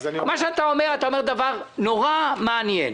אתה אומר דבר נורא מעניין,